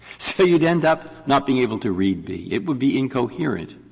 so you'd end up not being able to read b. it would be incoherent,